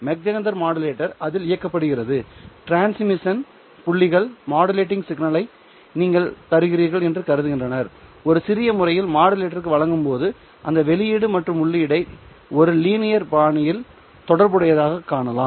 Mach Zehnder modulator அதில் இயக்கப்படுகிறது transmission புள்ளிகள் மாடுலேட்டிங் சிக்னல்களை நீங்கள் தருகிறீர்கள் என்று கருதுகின்றனர் ஒரு சிறிய முறையில் மாடுலேட்டருக்கு வழங்கும்போது அந்த வெளியீடு மற்றும் உள்ளீட்டை ஒரு லீனியர் பாணியில் தொடர்புடையதாகக் காணலாம்